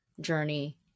journey